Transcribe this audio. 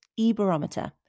eBarometer